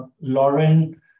Lauren